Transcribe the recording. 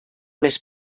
més